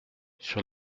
sur